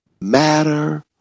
matter